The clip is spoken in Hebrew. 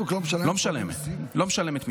לא משלמת, לא משלמת מיסים.